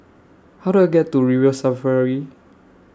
How Do I get to River Safari